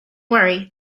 worry